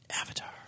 Avatar